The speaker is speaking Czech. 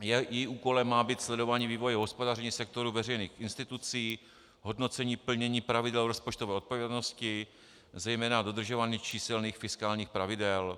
Jejím úkolem má být sledování vývoje hospodaření v sektoru veřejných institucí, hodnocení pravidel rozpočtové odpovědnosti, zejména dodržování číselných fiskálních pravidel.